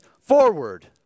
forward